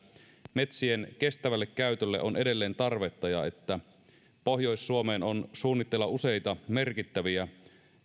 metsien kestävälle käytölle on edelleen tarvetta ja että pohjois suomeen on suunnitteilla useita merkittäviä